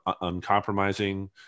uncompromising